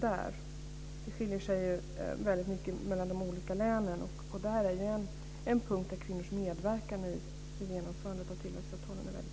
Detta skiljer sig som sagt mycket mellan länen, och en punkt här är kvinnors medverkan i genomförandet av tillväxtavtalen. Det är viktigt.